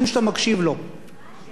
ולא רק לקרוא קריאות ביניים.